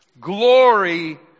Glory